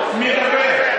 יואב קיש ב-2015 נבחר לכנסת.